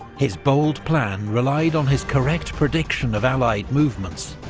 his bold plan relied on his correct prediction of allied movements,